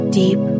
deep